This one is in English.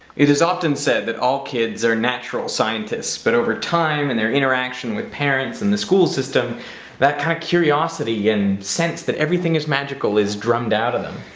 it is often said that all kids are natural scientists, but over time and their interaction with parents and the school system that kind of curiosity and sense that everything is magical is drummed out of them.